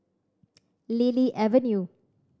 Lily Avenue